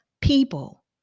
people